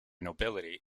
nobility